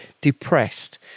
depressed